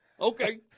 Okay